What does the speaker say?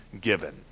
given